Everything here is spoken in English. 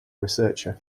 researcher